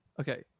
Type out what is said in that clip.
okay